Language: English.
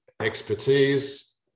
expertise